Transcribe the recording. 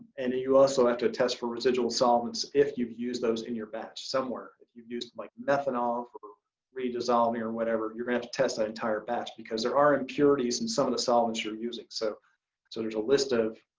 and you also have to test for residual solvents, if you've used those in your batch somewhere. if you've used like methanol for redissolving or whatever, you're gonna have to test that entire batch because there are impurities in some of the solvents you're using. so so there's a list of,